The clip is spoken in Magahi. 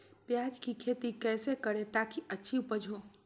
प्याज की खेती कैसे करें ताकि अच्छी उपज हो?